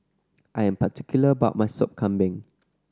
I am particular about my Sop Kambing